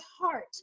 heart